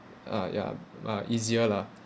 uh ya uh easier lah